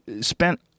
spent